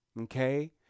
Okay